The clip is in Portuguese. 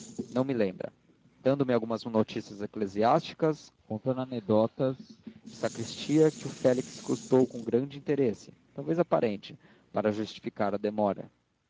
neo me lembra dando-me algumas notícias eclesiásticas contando anedotas de sacristia que o félix escutou com grande interesse talvez aparente para justificar a demora